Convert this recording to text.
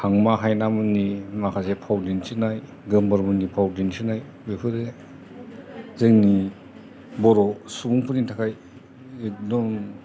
हांमा हायना मोननि माखासे फाव दिन्थिनाय गोमबोर मोननि फाव दिन्थिनाय बेफोरो जोंनि बर' सुबुं फोरनि थाखाय एकदम